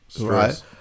right